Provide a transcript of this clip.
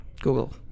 Google